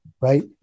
Right